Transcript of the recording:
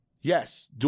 Yes